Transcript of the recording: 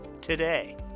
today